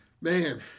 Man